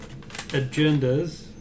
agendas